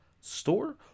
store